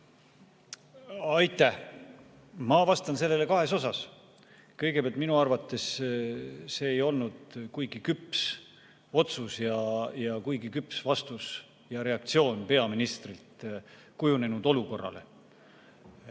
Aitäh! Ma vastan sellele kahes osas. Kõigepealt, minu arvates see ei olnud kuigi küps otsus ja kuigi küps vastus ja reaktsioon peaministrilt kujunenud olukorrale.